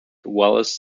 wallace